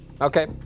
Okay